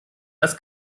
das